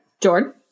jordan